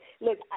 Look